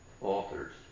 authors